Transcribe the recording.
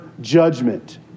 judgment